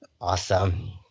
awesome